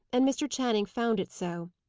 and mr. channing found it so.